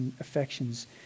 affections